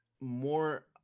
more